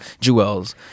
Jewels